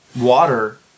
Water